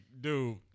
dude